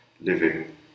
living